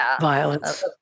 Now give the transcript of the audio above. violence